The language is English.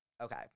Okay